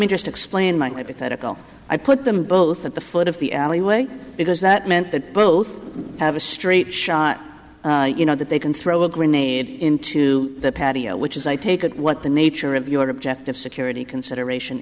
hypothetical i put them both at the foot of the alleyway because that meant that both have a straight shot you know that they can throw a grenade into the patio which is i take it what the nature of your objective security consideration